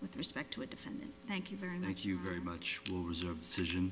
with respect to a defendant thank you very much you very much will reserve